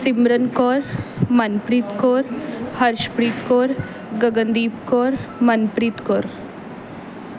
Simran Kaur Manpreet Kaur Harshpreet Kaur Gagandeep Kaur Manpreet Kaur